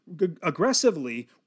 aggressively